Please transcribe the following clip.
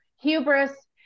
hubris